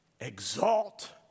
exalt